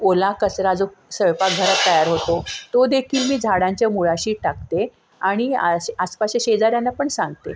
ओला कचरा जो स्वयंपाकघरात तयार होतो तो देखील मी झाडांच्या मुळाशी टाकते आणि असं आसपासच्या शेजाऱ्यांना पण सांगते